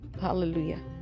Hallelujah